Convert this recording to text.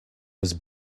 was